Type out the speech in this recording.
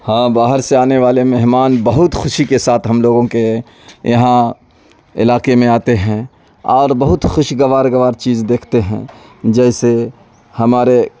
ہاں باہر سے آنے والے مہمان بہت خوشی کے ساتھ ہم لوگوں کے یہاں علاکے میں آتے ہیں اور بہت خوش گوار گوار چیز دیکھتے ہیں جیسے ہمارے